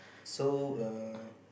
so err